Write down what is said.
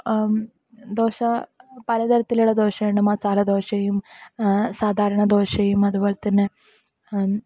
ദോശ പലതരത്തിലുള്ള ദോശ ഉണ്ട് മസാലദോശയും സാധാരണ ദോശയും അതുപോലെ തന്നെ